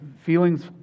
feelings